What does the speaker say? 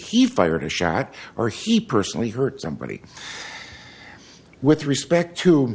he fired a shot or he personally hurt somebody with respect to